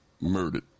murdered